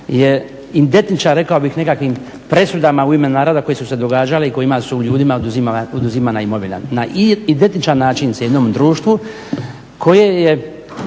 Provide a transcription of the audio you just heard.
je identičan rekao bih nekakvim presudama u ime naroda koje su se događale i kojima su ljudima oduzimana imovina. Na identičan način se jednom društvu koje je